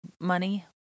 money